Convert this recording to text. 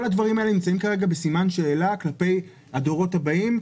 כל הדברים האלה נמצאים כרגע בסימן שאלה כלפי הדורות הבאים,